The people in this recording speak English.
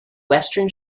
western